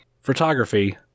Photography